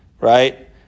right